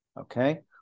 okay